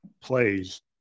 plays